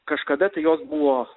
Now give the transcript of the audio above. kažkada tai jos buvo